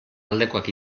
aldekoak